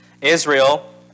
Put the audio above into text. Israel